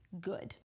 Good